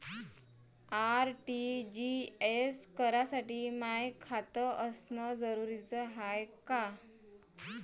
RTGS करासाठी माय खात असनं जरुरीच हाय का?